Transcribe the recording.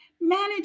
Manage